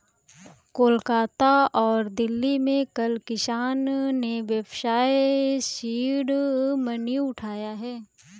कोलकाता और दिल्ली में कल किसान ने व्यवसाय सीड मनी उठाया है